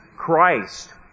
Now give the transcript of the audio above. Christ